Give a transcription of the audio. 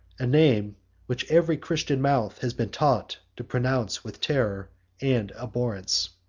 a name which every christian mouth has been taught to pronounce with terror and abhorrence.